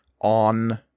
On